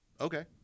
okay